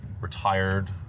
Retired